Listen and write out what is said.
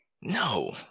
No